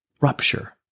rupture